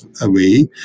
away